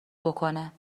بکنه